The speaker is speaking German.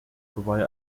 vorbei